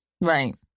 Right